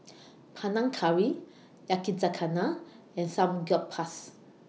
Panang Curry Yakizakana and Samgyeopsal